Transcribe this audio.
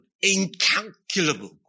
incalculable